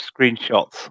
screenshots